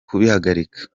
kubihagarika